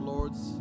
Lords